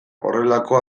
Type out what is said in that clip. horrelako